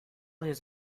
his